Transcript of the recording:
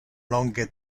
longe